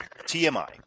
TMI